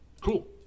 cool